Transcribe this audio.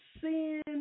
sin